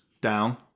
down